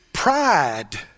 Pride